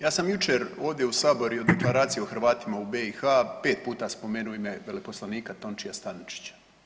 Ja sam jučer ovdje u Saboru o Deklaraciji o Hrvatima u BiH pet puta spomenuo ime veleposlanika Tončija Staničića.